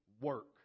work